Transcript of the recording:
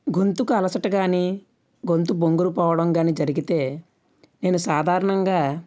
గొంతుకు అలసట కాని గొంతు బొంగురు పోవడం కాని జరిగితే నేను సాధారణంగా